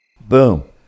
boom